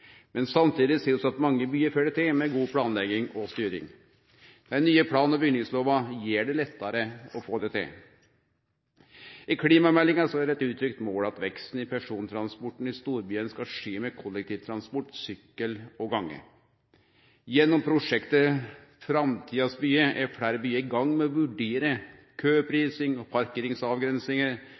Men vi ser at mange byar følgjer opp med god planlegging og styring. Den nye plan- og bygningslova gjer det lettare å få det til. I klimameldinga er det eit uttrykt mål at veksten i persontransporten i storbyane skal skje med kollektiv transport, sykkel og gange. Gjennom prosjektet Framtidens byer er fleire byar i gang med å vurdere køprising og parkeringsavgrensingar